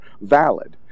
valid